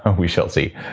and we shall see.